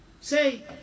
say